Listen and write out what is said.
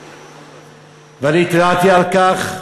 ואני התרעתי על כך,